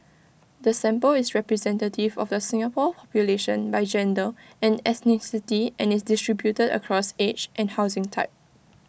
the sample is representative of the Singapore population by gender and ethnicity and is distributed across age and housing type